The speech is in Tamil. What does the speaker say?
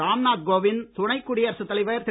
ராம்நாத் கோவிந்த் துணை குடியரசுத் தலைவர் திரு